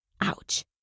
Ouch